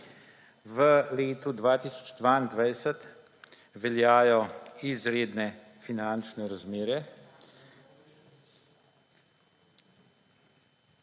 V letu 2022 veljajo izredne finančne razmere